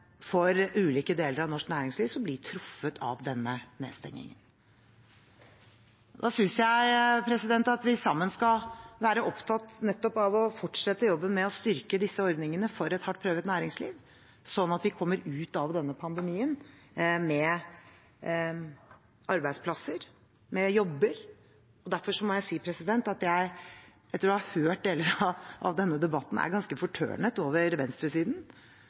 for ulike deler av norsk næringsliv som blir truffet av denne nedstengingen. Da synes jeg at vi sammen skal være opptatt nettopp av å fortsette jobben med å styrke disse ordningene for et hardt prøvet næringsliv, slik at vi kommer ut av denne pandemien med arbeidsplasser, med jobber. Derfor må jeg si at jeg etter å ha hørt deler av denne debatten er ganske fortørnet over venstresiden,